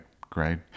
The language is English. great